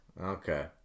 Okay